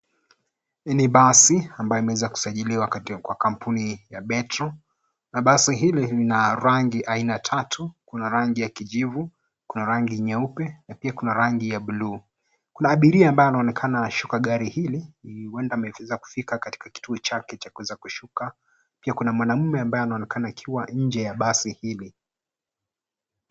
Ni basi ambayo imeweza kusajilisha katika kampuni ya metro na basi hili lina rangi aina tatu. Kuna rangi ya kijivu, kuna rangi nyeupe pia kuna rangi ya buluu. Kuna abiria ambaye anaonekana akishuka gari hili huenda amefika katika kituo chake cha kuweza kushuka. Pia kuna mwanamume ambaye anaonekana akiwa nje ya basi hili.